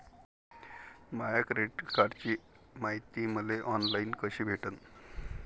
माया credit कार्डची मायती मले ऑनलाईन कसी भेटन?